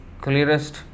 clearest